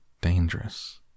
dangerous